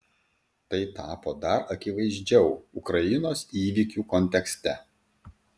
tai tapo dar akivaizdžiau ukrainos įvykių kontekste